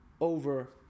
over